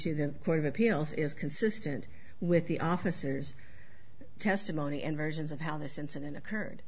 to the court of appeals is consistent with the officers testimony and versions of how this incident occurred